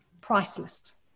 priceless